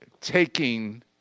taking